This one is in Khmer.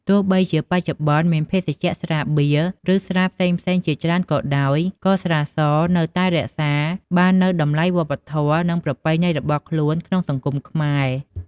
ទោះបីជាបច្ចុប្បន្នមានភេសជ្ជៈស្រាបៀរ ឬស្រាផ្សេងៗជាច្រើនក៏ដោយ ក៏ស្រាសនៅតែរក្សាបាននូវតម្លៃវប្បធម៌ និងប្រពៃណីរបស់ខ្លួនក្នុងសង្គមខ្មែរ។